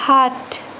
সাত